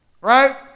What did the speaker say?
right